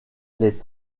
les